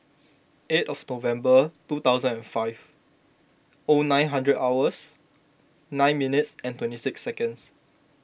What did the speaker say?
eight of November two thousand and five O nine hundred hours nine minutes and twenty six seconds